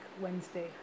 Wednesday